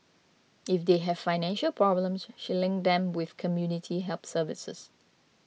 if they have financial problems she link them with community help services